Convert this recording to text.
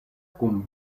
kun